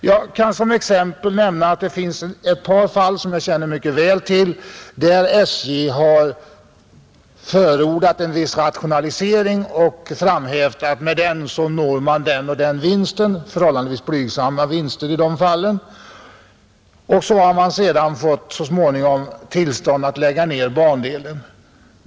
Jag kan som exempel nämna att det finns ett par fall som jag känner mycket väl till, där SJ har förordat en viss rationalisering och framhävt att med den uppnås den och den vinsten — förhållandevis blygsamma vinster i de fallen — och så har SJ så småningom fått tillstånd att lägga ner bandelen.